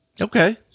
Okay